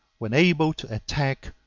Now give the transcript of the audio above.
when able to attack,